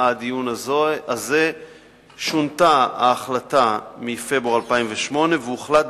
הדיון הזה שונתה ההחלטה מפברואר 2008 והוחלט